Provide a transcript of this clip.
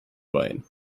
wein